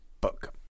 book